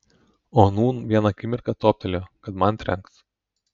o nūn vieną akimirką toptelėjo kad man trenks